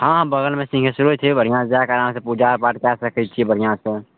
हँ बगलमे सिंघेस्सरो छै बढ़िऑंसँ जाकऽ आराम सऽ पूजा पाठ कए सकै छियै बढ़िऑं सऽ